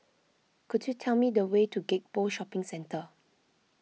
could you tell me the way to Gek Poh Shopping Centre